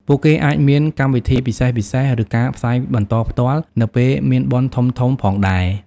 ពួកគេអាចមានកម្មវិធីពិសេសៗ ឬការផ្សាយបន្តផ្ទាល់នៅពេលមានបុណ្យធំៗផងដែរ។